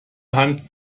hand